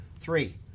Three